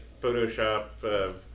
Photoshop